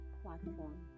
platform